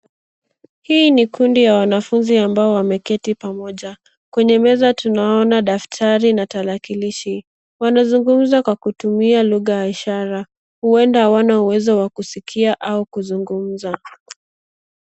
Hii ni kundi ya wanafunzi ambao wameketi pamoja. Kwenye meza tunaona daftari na tarakilishi. Wanazungumza kwa kutumia lugha ya ishara, huenda hawana uwezo wa kusikia au kusikiza.